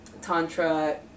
Tantra